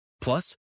Plus